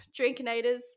drinkinators